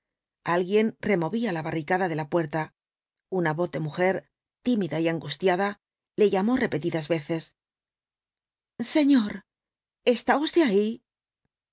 alguien removía la barricada de la puerta una voz de mujer tímida y angustiada le llamó repetidas veces señor está usted ahí